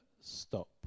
stop